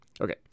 Okay